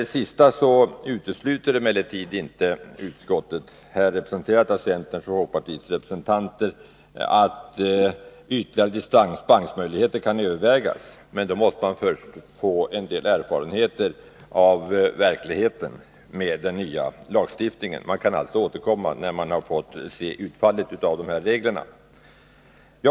På denna punkt utesluter inte centerns och folkpartiets representanter i utskottet att ytterligare dispensmöjligheter kan övervägas. Men först måste man få erfarenhet av hur det är i verkligheten när det gäller den nya lagstiftningen. Det går alltså att återkomma när man sett utfallet av de här reglerna.